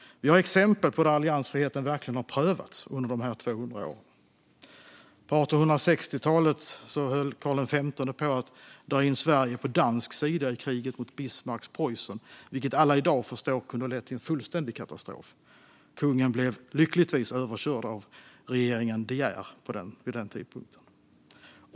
Vi har exempel på att alliansfriheten verkligen har prövats under de här 200 åren. På 1860-talet höll Karl XV på att dra in Sverige på dansk sida i kriget mot Bismarcks Preussen, vilket alla i dag förstår kunde ha lett till fullständig katastrof. Kungen blev lyckligtvis överkörd av regeringen De Geer vid denna tidpunkt.